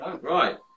Right